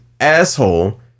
asshole